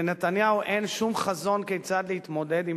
לנתניהו אין שום חזון כיצד להתמודד עם